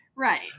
Right